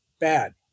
Bad